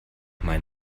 mein